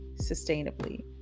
sustainably